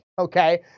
okay